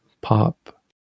pop